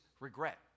regret